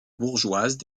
bourgeoises